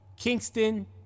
Kingston